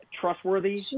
trustworthy